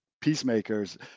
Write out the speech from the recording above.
peacemakers